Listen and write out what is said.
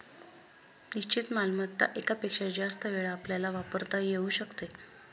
निश्चित मालमत्ता एकापेक्षा जास्त वेळा आपल्याला वापरता येऊ शकते